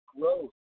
growth